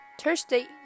Thursday